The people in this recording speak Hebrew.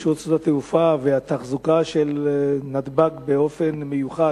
רשות שדות התעופה והתחזוקה של נתב"ג באופן מיוחד,